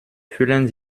füllen